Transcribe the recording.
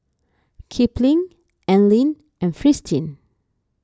Kipling Anlene and Fristine